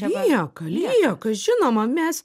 lieka lieka žinoma mes